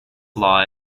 law